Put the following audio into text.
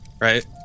right